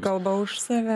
kalba už save